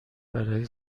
برای